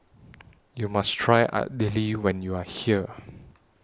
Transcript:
YOU must Try Idili when YOU Are here